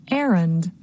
errand